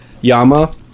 Yama